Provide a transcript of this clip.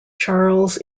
charles